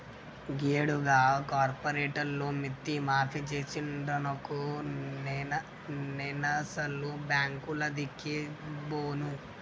గీయేడు గా కార్పోరేటోళ్లు మిత్తి మాఫి జేసిండ్రనుకో నేనసలు బాంకులదిక్కే బోను